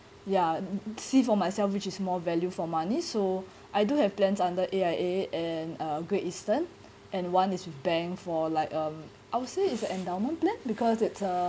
ya see for myself which is more value for money so I do have plans under A_I_A and uh great eastern and one is with bank for like um I would say it's an endowment plan because it's uh